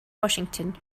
washington